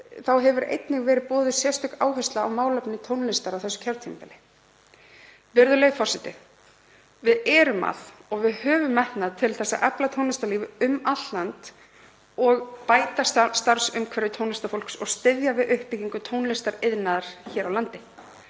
Þá hefur einnig verið boðuð sérstök áhersla á málefni tónlistar á þessu kjörtímabili. Virðulegi forseti. Við erum að og við höfum metnað til að efla tónlistarlíf um allt land og bæta starfsumhverfi tónlistarfólks og styðja við uppbyggingu tónlistariðnaðar hér á landi.